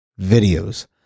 videos